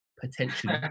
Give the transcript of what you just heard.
potentially